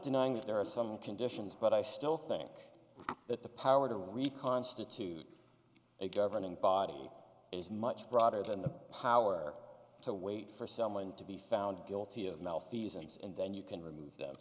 denying that there are some conditions but i still think that the power to reconstitute a governing body is much broader than the power to wait for someone to be found guilty of malfeasance and then you can remove th